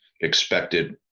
expected